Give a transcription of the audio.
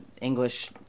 English